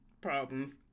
problems